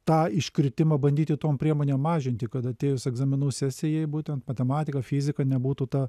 tą iškritimą bandyti tom priemonėm mažinti kad atėjus egzaminų sesijai būtent matematika fizika nebūtų ta